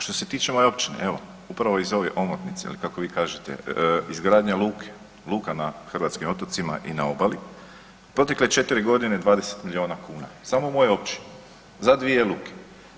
Što se tiče moje općine, evo upravo iz ove omotnice ili kako vi kažete izgradnja luke, luka na hrvatskim otocima i na obali u protekle četiri godine 20 milijuna kuna, samo u mojoj općini za dvije luke.